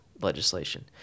legislation